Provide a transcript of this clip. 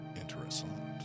Interesting